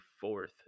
fourth